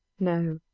no,